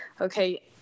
okay